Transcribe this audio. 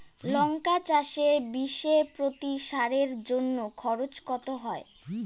লঙ্কা চাষে বিষে প্রতি সারের জন্য খরচ কত হয়?